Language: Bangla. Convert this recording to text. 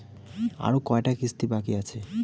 আরো কয়টা কিস্তি বাকি আছে?